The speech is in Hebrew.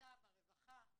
מטעם הרווחה.